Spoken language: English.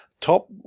top